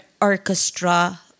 orchestra